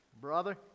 brother